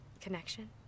Connection